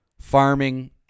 farming